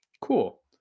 Cool